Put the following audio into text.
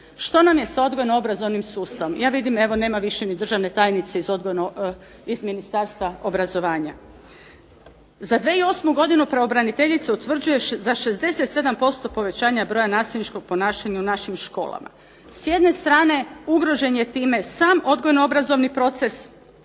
Što nam je sa odgojno-obrazovnim sustavom? Ja vidim, evo nema više ni državne tajnice iz Ministarstva obrazovanja. Za 2008. godinu pravobraniteljica utvrđuje za 67% povećanje broja nasilničkog ponašanja u našim školama. S jedne strane ugrožen je time sam odgojno-obrazovni proces,